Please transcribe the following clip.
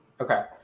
Okay